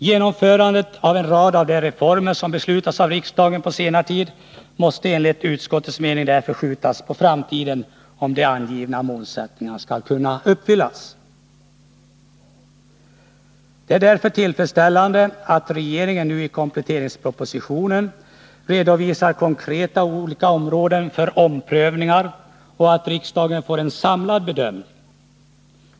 Genomförandet av en rad av de reformer som på senare tid beslutats av riksdagen måste enligt utskottets mening därför skjutas på framtiden, om de angivna målsättningarna skall kunna uppfyllas. Det är därför tillfredsställande att regeringen nu i kompletteringspropositionen konkret redovisar olika områden för omprövningar och att riksdagen får en samlad bedömning.